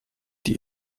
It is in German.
die